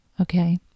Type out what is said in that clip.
okay